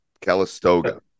Calistoga